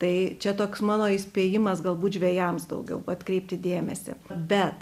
tai čia toks mano įspėjimas galbūt žvejams daugiau atkreipti dėmesį bet